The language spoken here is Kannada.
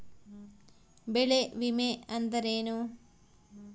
ಬೆಳೆ ವಿಮೆ ಅಂದರೇನು?